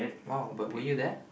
!wow! but were you there